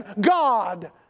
God